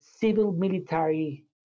Civil-military